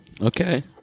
Okay